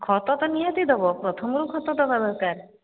ଖତ ତ ନିହାତି ଦେବ ପ୍ରଥମରୁ ଖତ ଦେବା ଦରକାର